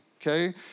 okay